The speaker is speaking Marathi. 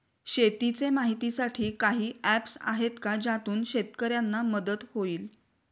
शेतीचे माहितीसाठी काही ऍप्स आहेत का ज्यातून शेतकऱ्यांना मदत होईल?